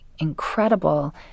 incredible